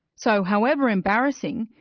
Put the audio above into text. so however embarrassing,